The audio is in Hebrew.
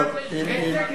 בספסרות,